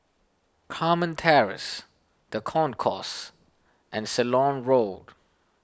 Carmen Terrace the Concourse and Ceylon Road